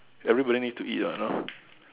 everybody need to eat what now